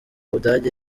budage